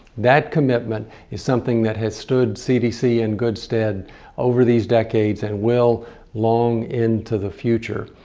that commitment is something that has stood cdc in good stead over these decades and will long into the future.